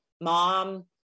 mom